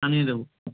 আনিয়ে দেবো